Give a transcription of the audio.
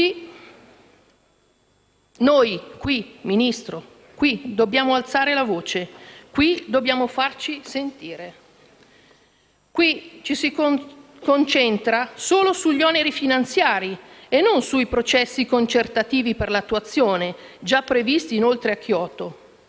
totale. Noi, qui, Ministro, dobbiamo alzare la voce, dobbiamo farci sentire. Qui ci si concentra solo sugli oneri finanziari e non sui processi concertativi per l'attuazione, già previsti a Kyoto.